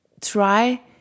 try